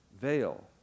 veil